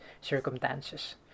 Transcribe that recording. circumstances